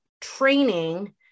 training